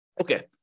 Okay